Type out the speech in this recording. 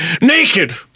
Naked